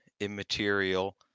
immaterial